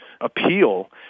appeal